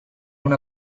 una